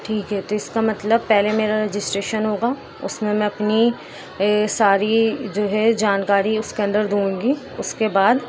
ٹھیک ہے تو اس کا مطلب پہلے میرا رجسٹریشن ہوگا اس میں میں اپنی ساری جو ہے جانکاری اس کے اندر دوں گی اس کے بعد